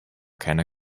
keiner